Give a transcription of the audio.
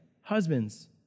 husbands